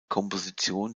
komposition